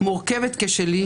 מורכבת כשלי,